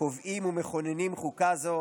קובעים ומכוננים חוקה זו